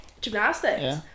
Gymnastics